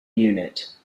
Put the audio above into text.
unit